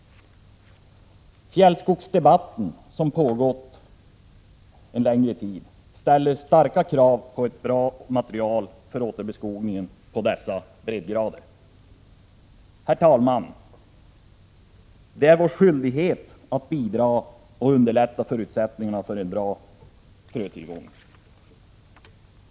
I fjällskogsdebatten, som pågått en längre tid, ställs starka krav på ett bra material för återbeskogningen på dessa breddgrader. Herr talman! Det är vår skyldighet att bidra till och underlätta förutsättningarna för en bra frötillgång.